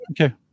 okay